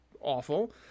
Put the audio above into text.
awful